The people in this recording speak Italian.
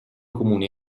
comuni